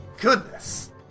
Goodness